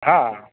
હા